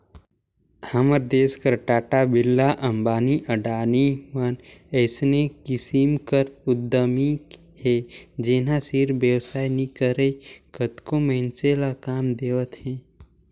हमर देस कर टाटा, बिरला, अंबानी, अडानी मन अइसने किसिम कर उद्यमी हे जेनहा सिरिफ बेवसाय नी करय कतको मइनसे ल काम देवत हे